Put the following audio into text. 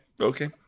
okay